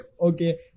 okay